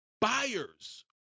buyers